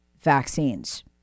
Vaccines